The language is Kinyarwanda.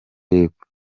y’epfo